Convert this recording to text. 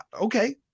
okay